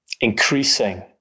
increasing